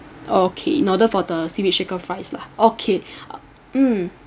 okay in order for the seaweed shaker fries lah okay uh mm